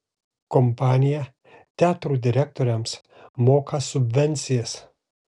kompanija teatrų direktoriams moka subvencijas